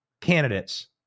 candidates